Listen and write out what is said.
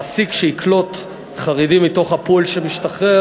שבה מעסיק שיקלוט חרדים מתוך הפול שמשתחרר,